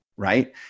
right